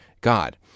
God